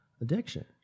addiction